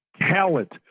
talent